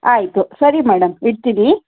ಆಯಿತು ಸರಿ ಮೇಡಮ್ ಇಡ್ತೀನಿ